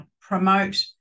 promote